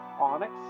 onyx